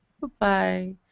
Goodbye